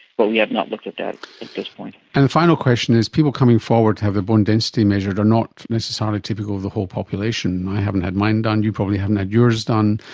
but we have not looked at that at this point. and a final question is people coming forward to have their bone density measured are not necessarily typical of the whole population. i haven't had mine done, you probably haven't had yours done.